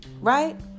right